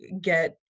get